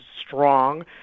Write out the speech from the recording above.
strong